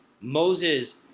Moses